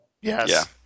Yes